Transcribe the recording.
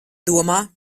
domā